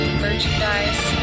merchandise